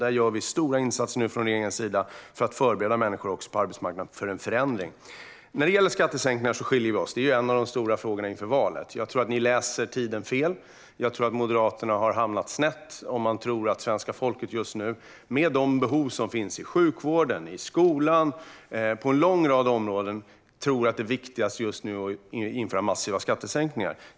Vi gör nu stora insatser från regeringens sida för att förbereda människor på arbetsmarknaden inför en förändring. När det gäller skattesänkningar skiljer vi oss åt. Det är en av de stora frågorna inför valet. Jag tror att ni läser tiden fel. Jag tror att Moderaterna har hamnat snett om de tror att svenska folket just nu med de behov som finns i sjukvården, skolan och på en lång rad områden tycker att det viktigaste just nu är att införa massiva skattesänkningar.